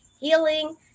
healing